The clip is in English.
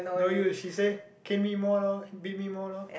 no use she say cane me more lor beat me more lor